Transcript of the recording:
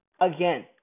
again